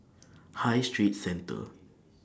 High Street Centre